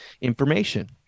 information